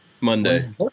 Monday